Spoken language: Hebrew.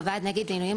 בוועד נגד עינויים,